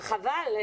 חבל.